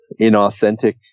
inauthentic